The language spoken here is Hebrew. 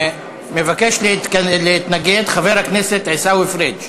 מבקש מכם להתנגד, חבר הכנסת עיסאווי פריג'.